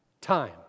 Time